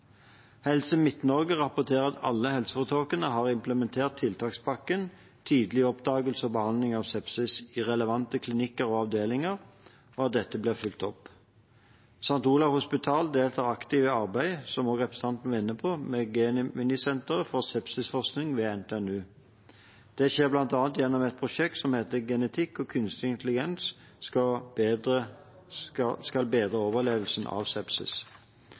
Helse Midt-Norge rapporterer at alle helseforetakene har implementert tiltakspakken «Tidlig oppdagelse og behandling av sepsis» i relevante klinikker og avdelinger, og at dette blir fulgt opp. St. Olavs hospital deltar aktivt i arbeidet – som også representanten var inne på – ved Geminisenter for Sepsisforskning ved NTNU. Det skjer bl.a. gjennom et prosjekt som heter «Genetikk og kunstig intelligens skal bedre overlevelsen av sepsis».